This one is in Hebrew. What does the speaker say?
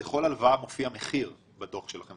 לכל הלוואה מופיע מחיר בדוח שלכם.